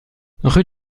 rue